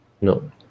no